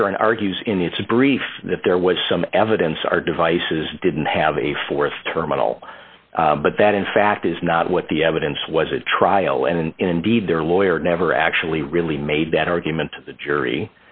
the current argues in its brief that there was some evidence our devices didn't have a th terminal but that in fact is not what the evidence was at trial and indeed their lawyer never actually really made that argument to the jury